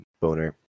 boner